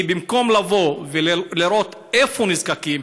ובמקום לבוא ולראות איפה נזקקים,